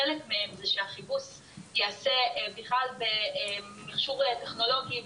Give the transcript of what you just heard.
חלק מהם שהחיפוש יעשה בכלל במכשור טכנולוגי,